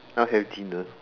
I'll have dinner